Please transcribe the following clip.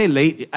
late